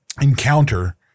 encounter